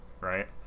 right